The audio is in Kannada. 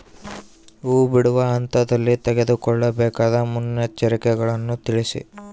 ಹೂ ಬಿಡುವ ಹಂತದಲ್ಲಿ ತೆಗೆದುಕೊಳ್ಳಬೇಕಾದ ಮುನ್ನೆಚ್ಚರಿಕೆಗಳನ್ನು ತಿಳಿಸಿ?